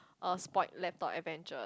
uh spoilt laptop adventures